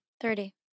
Thirty